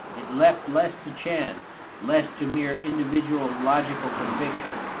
it left less to chance, less to mere individual logical conviction,